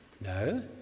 No